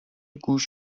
گوش